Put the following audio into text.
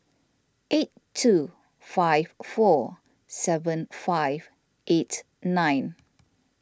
eight two five four seven five eight nine